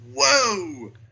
whoa